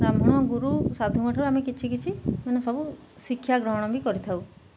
ବ୍ରାହ୍ମଣ ଗୁରୁ ସାଧୁଙ୍କ ଠାରୁ ଆମେ କିଛି କିଛି ମାନେ ସବୁ ଶିକ୍ଷା ଗ୍ରହଣ ବି କରିଥାଉ